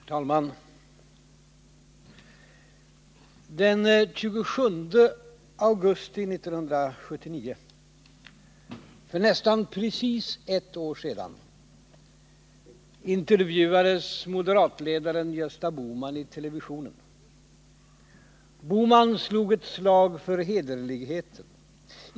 Herr talman! Den 27 augusti 1979, för nästan precis ett år sedan, intervjuades moderatledaren Gösta Bohman i televisionen. Bohman slog ett slag för hederligheten.